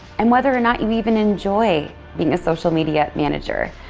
and whether or not you even enjoy being a social media manager.